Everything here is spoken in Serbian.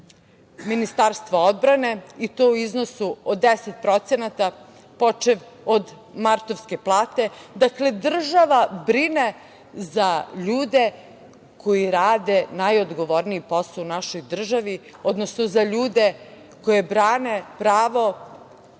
Ministarstva odbrane i to u iznosu od 10%, počev od martovske plate. Dakle, država brine za ljude koji rade najodgovorniji posao u našoj državi, odnosno za ljude koji brane pravo